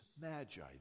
magi